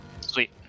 Sweet